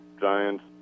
Giants